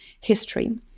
history